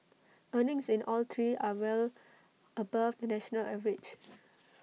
earnings in all three are well above the national average